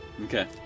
Okay